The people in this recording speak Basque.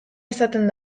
izaten